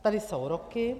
Tady jsou roky.